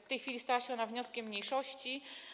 W tej chwili stała się ona wnioskiem mniejszości.